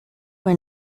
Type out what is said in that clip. were